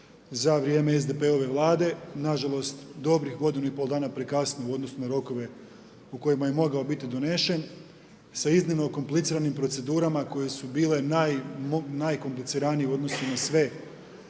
za vrijeme SDP-ove vlade, nažalost dobrih godinu i pol dana prekasno u odnosu na rokove u kojima je mogao biti donesen sa iznimno kompliciranim procedurama koje su bile najkompliciranije u odnosu na sve